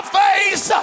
face